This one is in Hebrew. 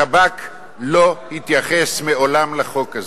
השב"כ לא התייחס מעולם לחוק הזה.